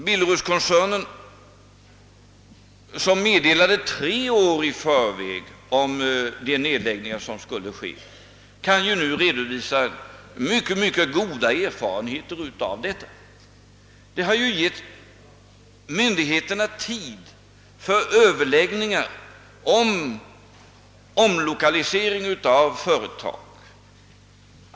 Billerudskoncernen, som tre år i förväg varslade om de nedläggningar som skulle komma, kan nu redovisa mycket goda erfarenheter därav. Detta har givit myndigheterna tid till överläggningar om omlokalisering av företag.